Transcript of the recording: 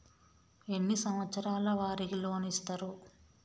ఎన్ని సంవత్సరాల వారికి లోన్ ఇస్తరు?